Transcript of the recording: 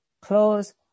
close